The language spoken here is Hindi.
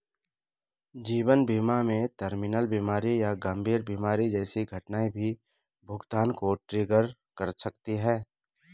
जीवन बीमा में टर्मिनल बीमारी या गंभीर बीमारी जैसी घटनाएं भी भुगतान को ट्रिगर कर सकती हैं